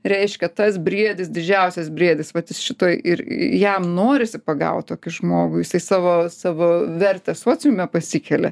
reiškia tas briedis didžiausias briedis vat jis šito ir jam norisi pagaut tokį žmogų jisai savo savo vertę sociume pasikelia